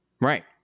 Right